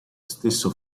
stesso